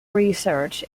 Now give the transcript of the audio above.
research